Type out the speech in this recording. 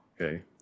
okay